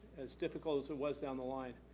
as difficult as it was down the line.